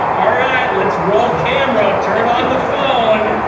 all right, let's roll camera. turn on the phone.